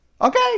Okay